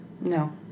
No